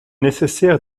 nécessaire